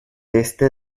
este